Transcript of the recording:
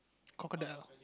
crocodile